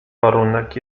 warunek